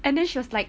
and then she was like